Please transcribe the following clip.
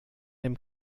dem